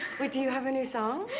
wait, do you have a new song?